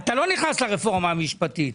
אתה לא נכנס לרפורמה המשפטית.